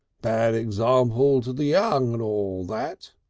bad example to the young and all that.